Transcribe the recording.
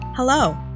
Hello